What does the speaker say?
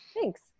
Thanks